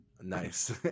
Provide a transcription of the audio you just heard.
nice